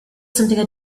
something